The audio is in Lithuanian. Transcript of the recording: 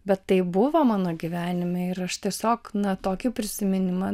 bet taip buvo mano gyvenime ir aš tiesiog na tokį prisiminimą